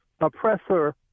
oppressor